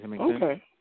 Okay